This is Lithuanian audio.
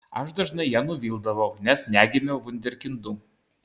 aš dažnai ją nuvildavau nes negimiau vunderkindu